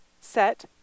set